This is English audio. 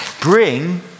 Bring